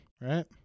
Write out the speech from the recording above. right